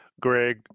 Greg